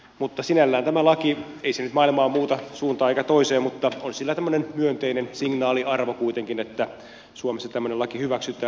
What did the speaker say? mutta sinällään tämä laki ei nyt maailmaa muuta suuntaan eikä toiseen mutta on sillä tämmöinen myönteinen signaaliarvo kuitenkin että suomessa tämmöinen laki hyväksytään